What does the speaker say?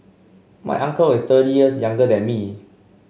my uncle is thirty years younger than me